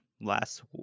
last